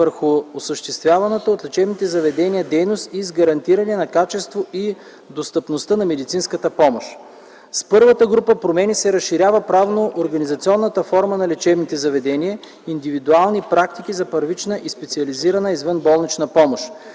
върху осъществяваната от лечебните заведения дейност и с гарантиране на качеството и достъпността на медицинската помощ. С първата група промени се разширява правно-организационната форма на лечебните заведения – индивидуални практики за първична и специализирана извънболнична помощ.